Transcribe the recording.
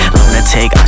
Lunatic